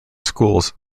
schools